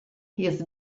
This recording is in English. his